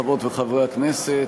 חברות וחברי הכנסת,